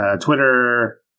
twitter